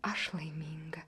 aš laiminga